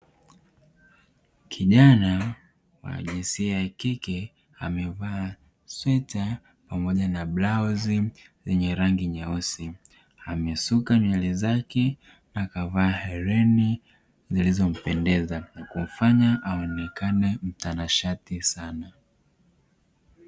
Kijana wa jinsia ya kike amevaa sweta pamoja na blauzi zenye rangi nyeusi, amesuka nywele zake akavaa herini zilizompendeza na kumfanya aonekane mtanashati sana.